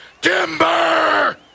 timber